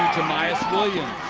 jamyest williams.